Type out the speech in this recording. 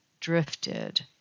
drifted